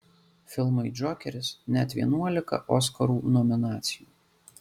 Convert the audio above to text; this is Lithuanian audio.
filmui džokeris net vienuolika oskarų nominacijų